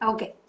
Okay